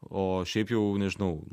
o šiaip jau nežinau